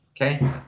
Okay